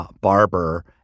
barber